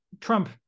Trump